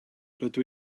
rydw